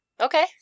Okay